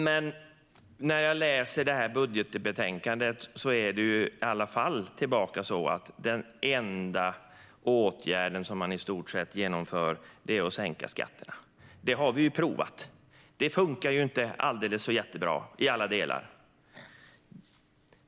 Men i sina budgetförslag är den enda åtgärd man vill vidta än en gång att sänka skatterna. Det har vi ju prövat, och det funkade inte så bra.